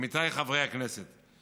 עמיתיי חברי הכנסת,